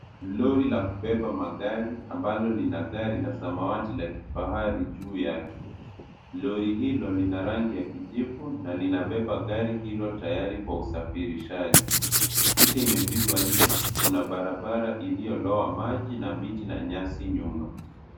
Lori la kubeba magari ambalo lina gari la samawati la kifahari juu yake, lori hilo lina rangi ya kijivu na linabeba gari hilo tayari kwa usafirishaji, picha imepigwa nje kuna barabara iliolowa maji na miti na nyasi nyuma.